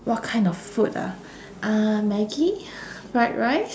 what kind of food ah uh maggi fried rice